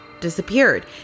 disappeared